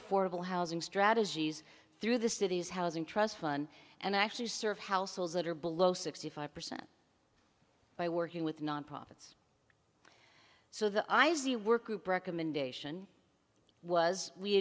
affordable housing strategies through the city's housing trust fund and actually serve households that are below sixty five percent by working with nonprofits so the eye is the work group recommendation was we